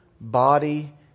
body